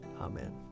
Amen